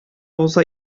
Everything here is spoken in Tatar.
булса